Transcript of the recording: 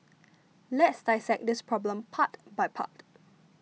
let's dissect this problem part by part